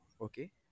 Okay